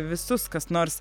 visus kas nors